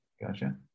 gotcha